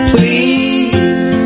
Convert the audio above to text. Please